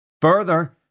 further